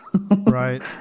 Right